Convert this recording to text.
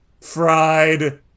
fried